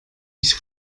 ich